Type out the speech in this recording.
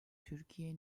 türkiye